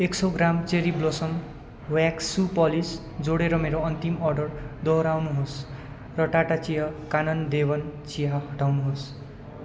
एक सय gram cherry blossom wax shoe polish जोडेर मेरो अन्तिम अर्डर दोहोऱ्याउनु होस् र टाटा चिया कानन देवन चिया हटाउनु होस्